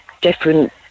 different